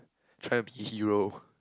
try be hero